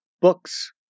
books